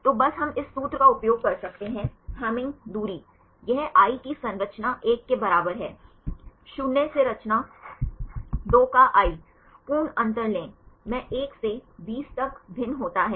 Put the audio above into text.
तो बस हम इस सूत्र का उपयोग कर सकते हैं हेमिंग दूरी यह i की संरचना 1 के बराबर है शून्य से रचना 2 का i पूर्ण अंतर लें मैं 1 से 20 तक भिन्न होता है